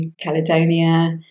Caledonia